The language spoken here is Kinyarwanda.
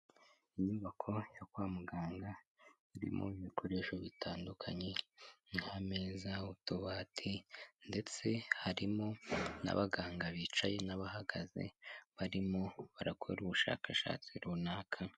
Inyubako yo kwa muganga irimo ibikoresho bitandukanye, nk'ameza, utubati, ndetse harimo n'abaganga bicaye n'abahagaze barimo barakora ubushakashatsi runaka.